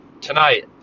tonight